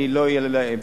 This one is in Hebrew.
אני לא אמשיך,